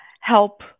help